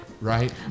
right